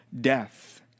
death